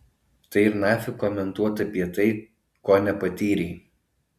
tai ir nafik komentuot apie tai ko nepatyrei